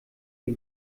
die